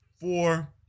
four